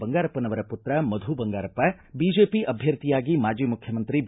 ಬಂಗಾರಪ್ಪನವರ ಪುತ್ರ ಮಧು ಬಂಗಾರಪ್ಪ ಬಿಜೆಪಿ ಅಭ್ವರ್ಥಿಯಾಗಿ ಮಾಜಿ ಮುಖ್ಯಮಂತ್ರಿ ಬಿ